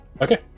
Okay